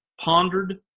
pondered